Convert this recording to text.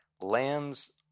Lambs